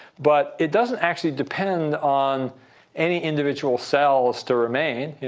but it doesn't actually depend on any individual cells to remain.